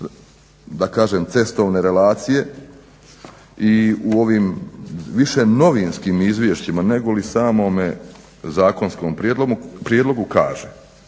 da kažem cestovne relacije i u ovim više novinskim izvješćima negoli samome zakonskom prijedlogu kaže